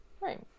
Right